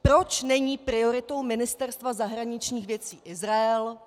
Proč není prioritou Ministerstva zahraničních věcí Izrael?